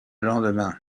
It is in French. lendemain